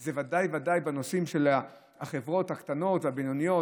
בוודאי בנושאים האלה של החברות הקטנות והבינוניות,